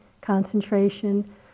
concentration